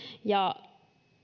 ja